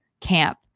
camp